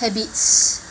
habits